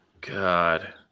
God